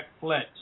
flex